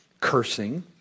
cursing